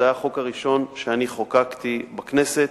זה היה החוק הראשון שאני חוקקתי בכנסת.